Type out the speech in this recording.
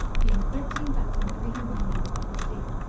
being thirteen thousand three hundred feet above the sea,